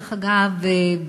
דרך אגב,